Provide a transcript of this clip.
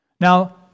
Now